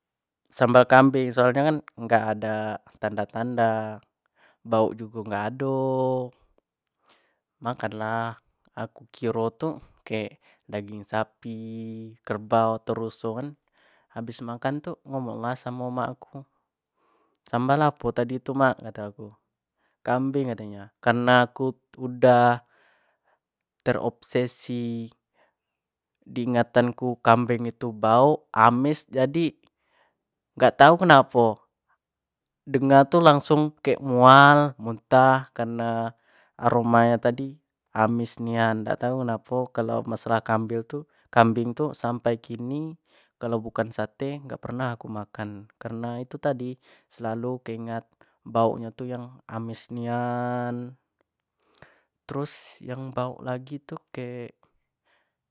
Sambal kambing soal nyo kan dak ada tanda-tanda bauk jugo dak ado makan lah aku kiro tu kek daging sapi kerabu tau ruso kan, habis makan ngomong lah samo emak aku kan sambal apo tadi tu mak kato aku, kambing kato nyo kareno aku udah terobsesi di ingatan ku kambing tu bauk, amis, jadi gak tau kenapo dengar tu lansgung kek mual, muntah kareno aroma nyo tadi amis nian dak tau kenapo kalo masalah kambing tu sampai kini kalau bukan sate dak pernah makan karena itu tadi selalu ke ingat bauk nyo tu yang amis nian terus yang bauk lagi tu kek